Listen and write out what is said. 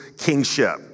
kingship